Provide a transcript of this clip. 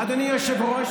אדוני היושב-ראש,